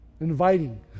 inviting